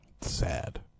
sad